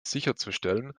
sicherzustellen